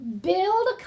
Build